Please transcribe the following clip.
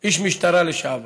משטרה לשעבר.